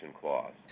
clause